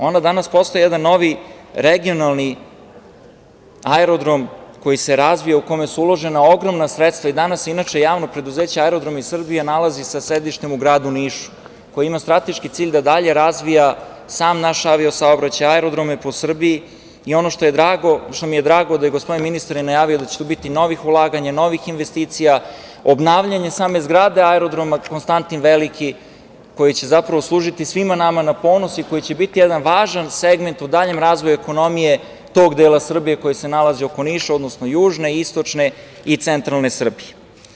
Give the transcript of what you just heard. Ona danas postaje jedan novi regionalni aerodrom koji se razvija, u kome su uložena ogromna sredstva i danas se inače javno preduzeće „Aerodromi Srbije“ nalazi sa sedištem u gradu Nišu, koje ima strateški cilj da dalje razvija sam naš avio-saobraćaj, aerodrome po Srbiji i ono što mi je drago, da je gospodin ministar najavio da će tu biti novih ulaganja, novih investicija, obnavljanje same zgrade aerodroma „Konstantin Veliki“ koji će zapravo služiti svima nama na ponos i koji će biti jedan važan segment u daljem razvoju ekonomije tog dela Srbije koji se nalazi oko Niša, odnosno južne, istočne i centralne Srbije.